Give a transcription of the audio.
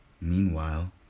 Meanwhile